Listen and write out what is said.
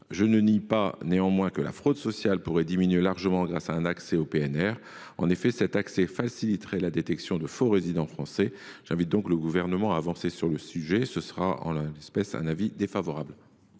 je ne nie pas que la fraude sociale pourrait diminuer largement grâce à un accès au PNR. En effet, cet accès faciliterait la détection de faux résidents français. J’invite donc le Gouvernement à avancer sur le sujet. Pour toutes ces raisons,